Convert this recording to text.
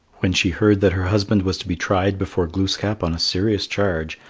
when she heard that her husband was to be tried before glooskap on a serious charge,